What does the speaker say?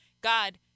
God